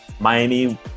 Miami